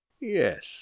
yes